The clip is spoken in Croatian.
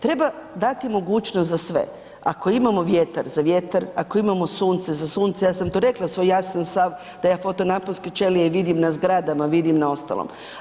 Treba dati mogućnost za sve, ako imamo vjetar za vjetar, ako imamo sunce za sunce, ja sam to rekla svoj jasan stav da ja fotonaponske čelije vidim na zgradama, vidim na ostalom.